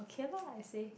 okay lor I say